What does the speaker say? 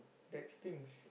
that stinks